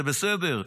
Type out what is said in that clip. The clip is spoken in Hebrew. זה בסדר.